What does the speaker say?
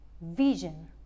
vision